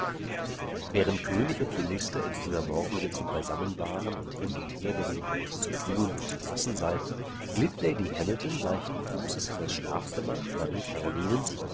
während könig und minister in früher morgensitzung beisammen waren und hin und her berieten was zu tun und zu lassen sei glitt lady hamilton leichten fußes in das schlafgemach marie